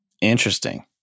Interesting